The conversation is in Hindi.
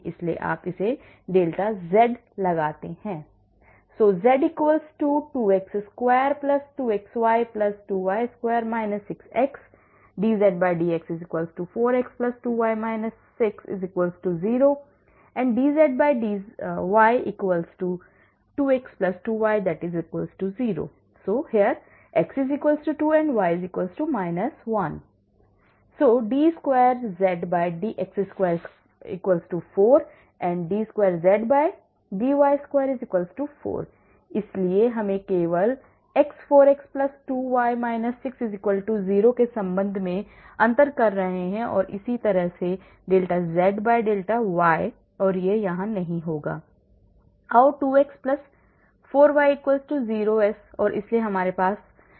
इसलिए यदि आप δz लगाते हैं z2x22xy2y2 6x dzdx 4x2y 6 0 dzdy 2x4y 0 x2 y 1 d2zdx2 4 d2zdy2 4 हम केवल x 4x 2y 6 0 के संबंध में अंतर कर रहे हैं इसी तरह δzδy और यह नहीं होगा आओ 2x 4y 0 s और इसलिए मेरे पास 2x 4y 0 4x 2y 6 है